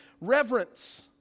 Reverence